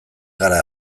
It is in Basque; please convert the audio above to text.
gara